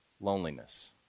loneliness